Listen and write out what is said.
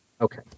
Okay